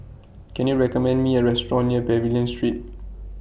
Can YOU recommend Me A Restaurant near Pavilion Street